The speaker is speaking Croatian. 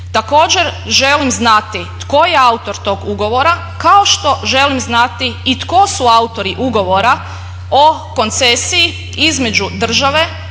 Također želim znati tko je autor tog ugovora, kao što želim znati i tko su autori ugovora o koncesiji između države